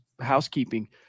housekeeping